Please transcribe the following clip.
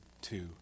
two